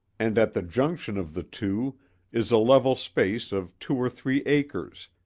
and at the junction of the two is a level space of two or three acres,